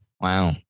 wow